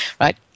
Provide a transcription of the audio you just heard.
right